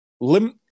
Lim